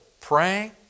praying